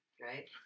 right